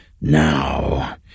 now